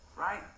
Right